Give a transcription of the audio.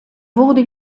wurde